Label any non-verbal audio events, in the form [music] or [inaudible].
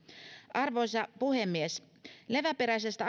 arvoisa puhemies esimerkki leväperäisestä [unintelligible]